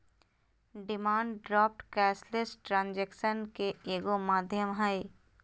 demand draft cashless ट्रांजेक्शनन के एगो माध्यम हइ